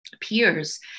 peers